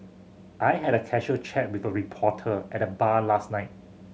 I had a casual chat with a reporter at the bar last night